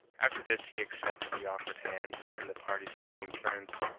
after this he accepted the offered hand, and the parties became friends.